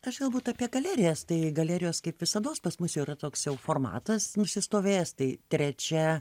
aš galbūt apie galerijas tai galerijos kaip visados pas mus yra toks jau formatas nusistovėjęs tai trečia